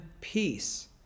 peace